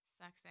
Sucks